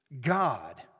God